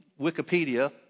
Wikipedia